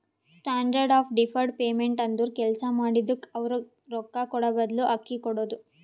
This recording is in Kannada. ಸ್ಟ್ಯಾಂಡರ್ಡ್ ಆಫ್ ಡಿಫರ್ಡ್ ಪೇಮೆಂಟ್ ಅಂದುರ್ ಕೆಲ್ಸಾ ಮಾಡಿದುಕ್ಕ ಅವ್ರಗ್ ರೊಕ್ಕಾ ಕೂಡಾಬದ್ಲು ಅಕ್ಕಿ ಕೊಡೋದು